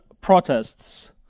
protests